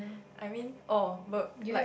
I mean orh but like